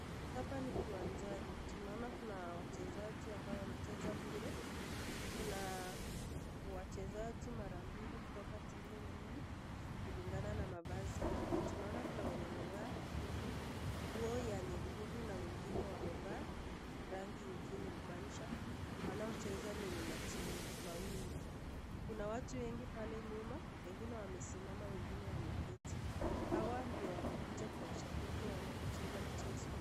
Hapa ni kiwanjani. Tunaona kuna wachezaji ambao wanacheza mpira. Kuna wachezaji mara mbili kutoka timu mbili kulingana na mavazi yao. Tunaona kuna wenye wamevaa nguo ya nyekundu na wengine wamevaa rangi ingine kumaanisha wanaocheza ni matimu mawili. Kuna watu wengi pale nyuma wengine wamesimama wengine wameketi. Hawa ndio wamekuja kuwashangilia wanapocheza mchezo.